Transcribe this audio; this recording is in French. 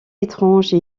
étrange